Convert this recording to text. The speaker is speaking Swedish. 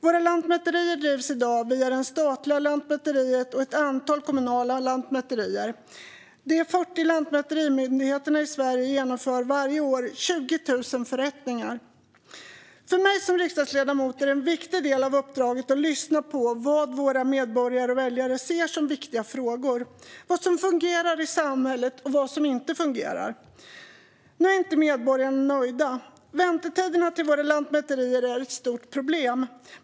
Våra lantmäterier drivs i dag via det statliga Lantmäteriet och ett antal kommunala lantmäterier. De 40 lantmäterimyndigheterna i Sverige genomför varje år 20 000 förrättningar. För mig som riksdagsledamot är en viktig del av uppdraget att lyssna på vad våra medborgare och väljare ser som viktiga frågor, vad som fungerar i samhället och vad som inte fungerar. Nu är inte medborgarna nöjda. Väntetiderna till våra lantmäterier är ett stort problem.